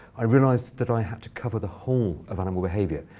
i realized that i had to cover the whole of animal behavior.